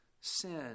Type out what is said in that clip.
sin